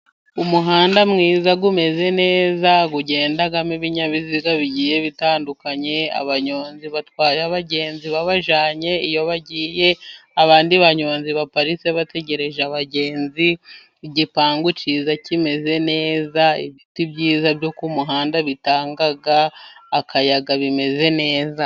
Umuhanda mwiza umeze neza, ugendamo ibinyabiziga bigiye bitandukanye. Abanyonzi batwaye abagenzi babajyanye iyo bagiye, abandi banyonzi baparitse bategereje abagenzi, igipangu kiza kimeze neza, ibiti byiza byo ku muhanda bitanga akayaga bimeze neza.